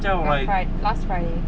right last friday